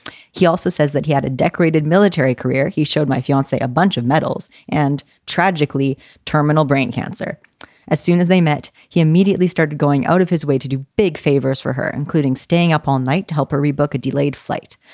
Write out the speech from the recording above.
he also says that he had a decorated military career. he showed my fiancee a bunch of medals and tragically terminal brain cancer as soon as they met. he immediately started going out of his way to do big favors for her, including staying up all night to help her rebook a delayed flight.